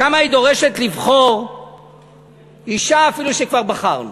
שם היא דורשת לבחור אישה אפילו שכבר בחרנו.